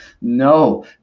No